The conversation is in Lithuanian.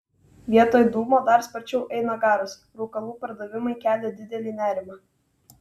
vietoj dūmo dar sparčiau eina garas rūkalų pardavimai kelia didelį nerimą